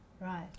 Right